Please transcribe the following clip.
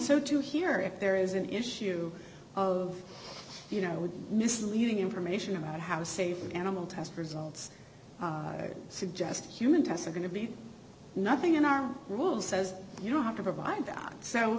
so to hear if there is an issue of you know misleading information about how safe an animal test results suggest human tests are going to be nothing in our rules says you have to provide that so